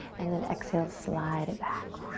and then exhale, slide it back.